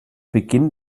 beginn